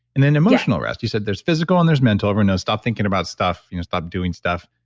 and then emotional rest, you said there's physical and there's mental. everyone knows stop thinking about stuff. you know stop doing stuff.